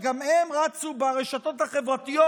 שגם הן רצו ברשתות החברתיות,